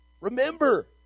remember